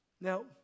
Now